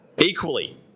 Equally